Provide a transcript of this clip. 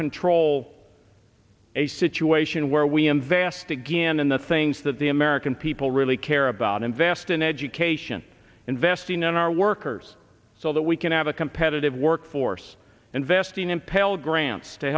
control a situation where we invest again in the things that the american people really care about invest in education investing in our workers so that we can have a competitive workforce investing in pell grants to